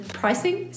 pricing